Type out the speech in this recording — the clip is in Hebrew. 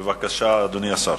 בבקשה, אדוני השר.